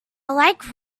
like